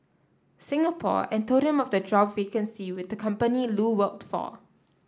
Singapore and told him of the job vacancy with the company Lu worked for